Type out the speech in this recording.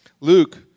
Luke